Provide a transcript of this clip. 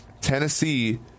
Tennessee